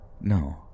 No